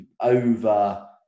over